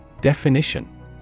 Definition